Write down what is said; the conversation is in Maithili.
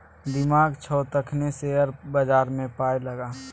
दिमाग छौ तखने शेयर बजारमे पाय लगा